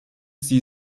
sie